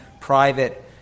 private